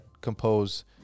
compose